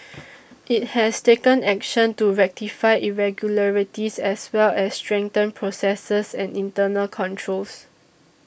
it has taken action to rectify irregularities as well as strengthen processes and internal controls